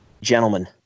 gentlemen